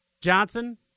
Johnson